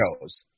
shows